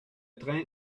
train